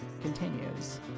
continues